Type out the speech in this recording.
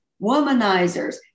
womanizers